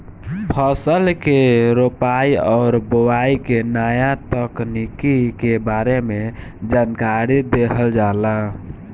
फसल के रोपाई और बोआई के नया तकनीकी के बारे में जानकारी देहल जाला